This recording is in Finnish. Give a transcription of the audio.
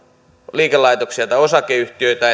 liikelaitoksia tai osakeyhtiöitä